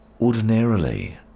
ordinarily